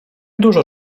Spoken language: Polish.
dużo